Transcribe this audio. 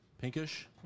Pinkish